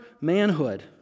manhood